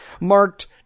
marked